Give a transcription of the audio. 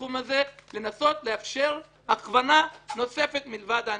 לתחום הזה, לנסות לאפשר הכוונה נוספת מלבד הענישה.